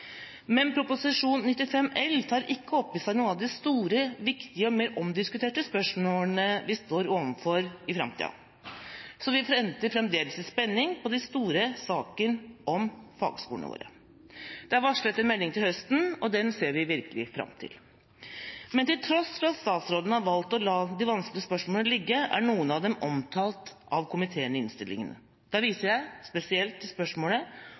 Men Prop. 95 L tar ikke opp i seg noen av de store, viktige og mer omdiskuterte spørsmålene vi står overfor i framtida. Så vi venter fremdeles i spenning på den store saken om fagskolene våre. Det er varslet en melding til høsten, og den ser vi virkelig fram til. Til tross for at statsråden har valgt å la de vanskelige spørsmålene ligge, er noen av dem omtalt av komiteen i innstillinga. Da viser jeg spesielt til spørsmålet